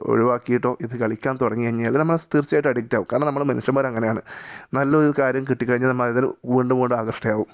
ഒഴിവാക്കിയിട്ടോ ഇത് കളിക്കാൻ തുടങ്ങിക്കഴിഞ്ഞാൽ അത് നമ്മൾ തീർച്ചയായിട്ടും അഡിക്റ്റ് ആകും കാരണം നമ്മൾ മനുഷ്യന്മാരങ്ങനെയാണ് നല്ലൊരു കാര്യം കിട്ടി കഴിഞ്ഞാൽ നമ്മൾ വീണ്ടും വീണ്ടും ആകൃഷ്ടയാകും